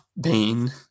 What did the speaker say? Bane